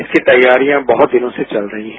इसकी तैयारियां बहुत दिनों से चल रही हैं